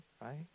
right